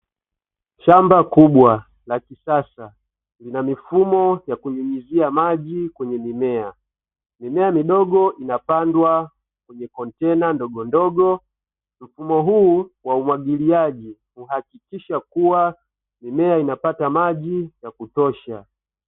Shamba kubwa la kisasa lina mifumo ya kunyunyizia maji kwenye mimea, mimea midogo inapandwa kwenye kontena ndogondogo, mfumo huu wa umwagiliaji kuhakikisha kuwa mimea inapata maji ya kutosha.